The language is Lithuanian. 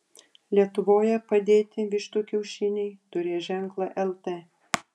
lietuvoje padėti vištų kiaušiniai turės ženklą lt